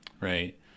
Right